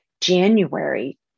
January